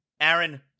Aaron